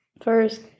first